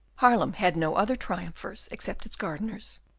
haarlem had no other triumphers, except its gardeners.